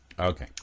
Okay